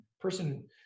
person